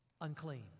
unclean